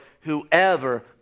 Whoever